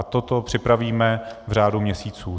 Toto připravíme v řádu měsíců.